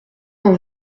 dans